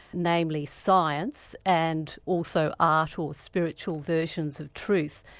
namely science and also art or spiritual versions of truth,